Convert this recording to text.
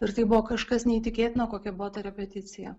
ir tai buvo kažkas neįtikėtino kokia buvo ta repeticija